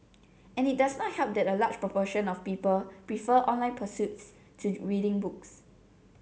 and it does not help that a large proportion of people prefer online pursuits to reading books